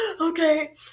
okay